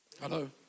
hello